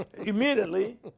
immediately